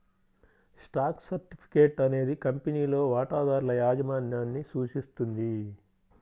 stock certificate అనేది కంపెనీలో వాటాదారుల యాజమాన్యాన్ని సూచిస్తుంది